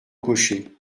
cocher